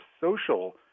social